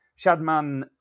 Shadman